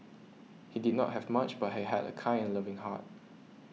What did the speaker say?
he did not have much but he had a kind and loving heart